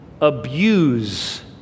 abuse